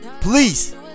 Please